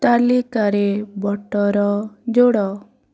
ତାଲିକାରେ ବଟର ଯୋଡ଼